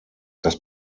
das